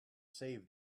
save